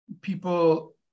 people